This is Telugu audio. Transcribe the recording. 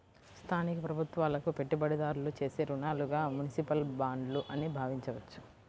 స్థానిక ప్రభుత్వాలకు పెట్టుబడిదారులు చేసే రుణాలుగా మునిసిపల్ బాండ్లు అని భావించవచ్చు